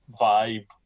vibe